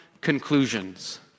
conclusions